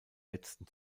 letzten